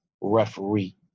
referee